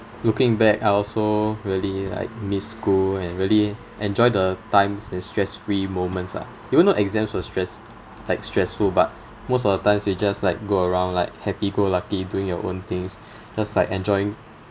looking back I also really like miss school and really enjoy the times and stress free moments ah even though exams were stress~ like stressful but most of the times we just like go around like happy go lucky doing your own things just like enjoying